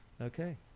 Okay